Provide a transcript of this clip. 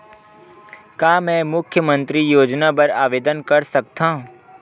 का मैं मुख्यमंतरी योजना बर आवेदन कर सकथव?